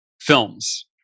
films